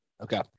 Okay